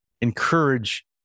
encourage